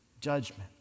judgment